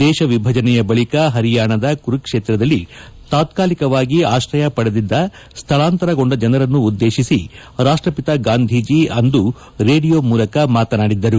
ದೇಶ ವಿಭಜನೆಯ ಬಳಿಕ ಹರಿಯಾಣದ ಕುರುಕ್ಷೇತ್ರದಲ್ಲಿ ತಾತ್ಕಾಲಿಕವಾಗಿ ಆಶ್ರಯ ಪಡೆದಿದ್ದ ಸ್ಥಳಾಂತರಗೊಂಡ ಜನರನ್ನು ಉದ್ದೇಶಿಸಿ ರಾಷ್ಟಪಿತ ಗಾಂಧೀಜಿ ಅಂದು ರೇಡಿಯೋ ಮೂಲಕ ಮಾತನಾಡಿದ್ದರು